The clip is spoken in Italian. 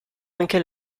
anche